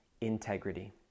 integrity